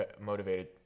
motivated